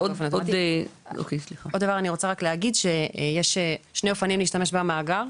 אם נחזור לתועלות, יש שני אופנים להשתמש במאגר,